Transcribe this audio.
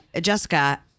Jessica